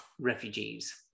refugees